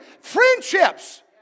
Friendships